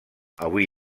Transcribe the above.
avui